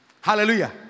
Hallelujah